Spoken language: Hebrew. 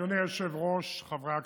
אדוני היושב-ראש, חברי הכנסת,